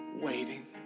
waiting